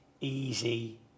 easy